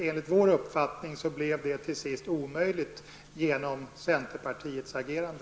Enligt vår uppfattning blev det till sist omöjligt genom centerpartiets agerande.